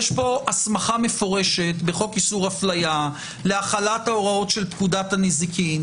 יש פה הסמכה מפורשת בחוק איסור אפליה להחלת ההוראות של פקודת הנזיקין.